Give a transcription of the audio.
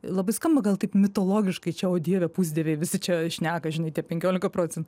labai skamba gal taip mitologiškai čia o dieve pusdieviai visi čia šneka žinai tie penkiolika procentų